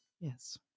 Yes